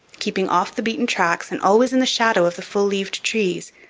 keeping off the beaten tracks and always in the shadow of the full-leaved trees,